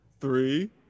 three